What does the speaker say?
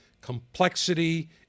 complexity